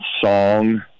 song